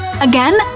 Again